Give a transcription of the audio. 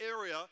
area